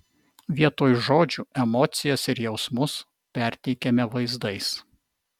vietoj žodžių emocijas ir jausmus perteikiame vaizdais